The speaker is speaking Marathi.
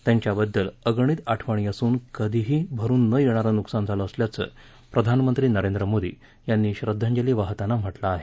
त्यांच्याबद्दल अगणित आठवणी असून कधीही भरुन न येणारं नुकसान झालं असल्याचं प्रधानमंत्री नरेंद्र मोदी यांनी श्रद्वांजली वाहताना म्हटलं आहे